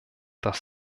das